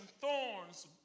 thorns